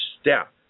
step